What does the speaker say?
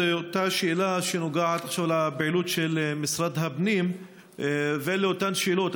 זו אותה שאלה שנוגעת עכשיו לפעילות של משרד הפנים ולאותן שאלות.